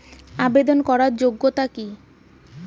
আবেদন করার যোগ্যতা কি?